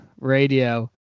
radio